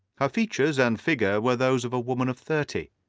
her features and figure were those of a woman of thirty,